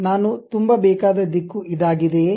ನಾನು ತುಂಬಬೇಕಾದ ದಿಕ್ಕು ಇದಾಗಿದೆಯೇ